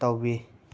ꯇꯧꯕꯤ